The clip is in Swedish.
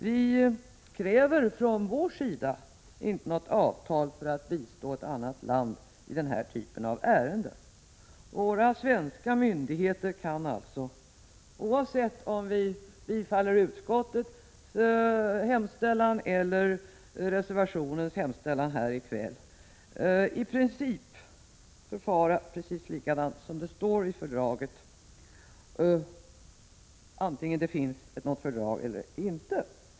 Vi kräver från svensk sida inte något avtal för att bistå ett annat landiden Prot. 1986/87:122 här typen av ärenden. Våra svenska myndigheter kan alltså, oavsett om vi 13 maj 1987 bifaller utskottets hemställan eller reservationens här i kväll, i princip förfara precis likadant som det står i fördraget, antingen det finns något fördrag eller inte.